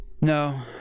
No